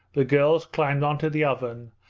the girls climbed onto the oven,